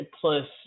plus